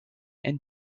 and